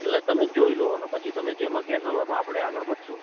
એટલે તમે જોઈ લો પછી તમે જેમાં કહેશો પછી એમાં આપણે આગળ વધશું